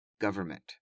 government